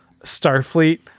Starfleet